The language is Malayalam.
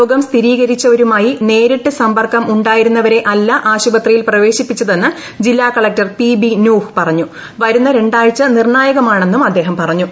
രോഗം സ്ഥിരീകരിച്ചവരുമൂായി നേരിട്ട് സമ്പർക്കം ഉണ്ടായിരുന്നവരെ അല്ല ആശുപത്രിയിൽ പ്രപേശിപ്പിച്ചതെന്ന് ജില്ലാ കളക്ടർ പി ബി നൂഹ് പറഞ്ഞുപ്പു വരുന്ന രണ്ടാഴ്ച നിർണായകമാണ്ണെന്നും അദ്ദേഹം പറഞ്ഞു